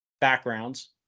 backgrounds